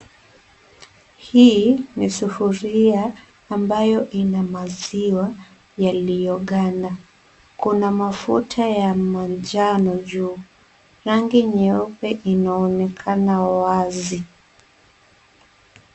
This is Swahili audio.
Hii ni sufuria ambayo ina maziwa yaliyoganda. Kuna mafuta ya manjano juu. Rangi nyeupe inaonekana wazi.